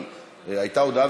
אבל הייתה הודעה,